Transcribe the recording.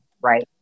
Right